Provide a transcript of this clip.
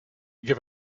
give